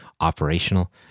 operational